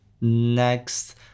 next